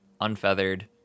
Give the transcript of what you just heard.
unfeathered